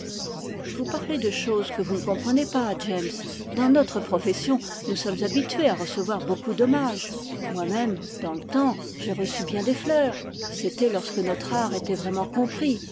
vous parlez de choses que vous ne comprenez pas james dans notre profession nous sommes habituées à recevoir beaucoup d'hommages moi-même dans le temps j'ai reçu bien des fleurs c'était lorsque notre art était vraiment compris